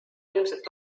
ilmselt